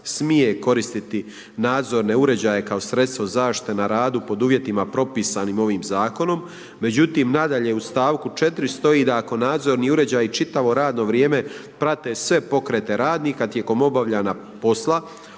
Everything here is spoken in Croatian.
smije koristiti nadzorne uređaje kao sredstvo zaštite na radu pod uvjetima propisanim ovim zakonom. Međutim, nadalje u stavku 4. stoji da ako nadzorni uređaji čitavo vrijeme prave sve pokrete radnika tijekom obavljanja posla